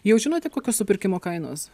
jau žinote kokios supirkimo kainos